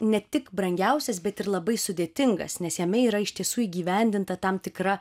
ne tik brangiausias bet ir labai sudėtingas nes jame yra iš tiesų įgyvendinta tam tikra